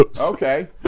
okay